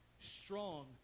strong